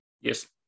yes